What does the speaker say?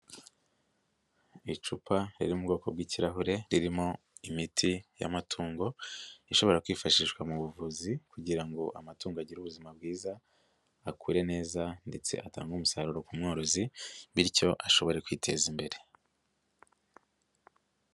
lcupa riri mu bwoko bw'ikirahure ririmo imiti y'amatungo, ishobora kwifashishwa mu buvuzi kugira ngo amatungo agire ubuzima bwiza, akure neza ndetse atange umusaruro ku mworozi, bityo ashobore kwiteza imbere.